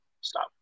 stop